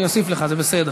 שנייה.